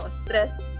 stress